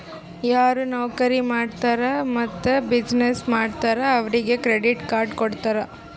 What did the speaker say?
ಯಾರು ನೌಕರಿ ಮಾಡ್ತಾರ್ ಮತ್ತ ಬಿಸಿನ್ನೆಸ್ ಮಾಡ್ತಾರ್ ಅವ್ರಿಗ ಕ್ರೆಡಿಟ್ ಕಾರ್ಡ್ ಕೊಡ್ತಾರ್